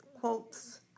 quotes